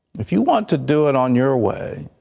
if you want to do it on your way